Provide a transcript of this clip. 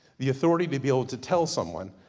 the authority to be able to tell someone,